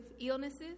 illnesses